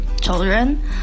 children